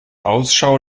ausschau